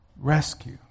Rescue